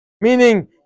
meaning